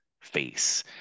face